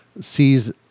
sees